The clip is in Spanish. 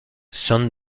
son